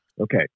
okay